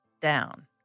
down